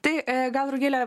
tai e gal rugile